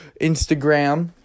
Instagram